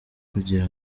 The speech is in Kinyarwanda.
kugira